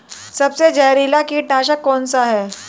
सबसे जहरीला कीटनाशक कौन सा है?